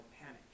panic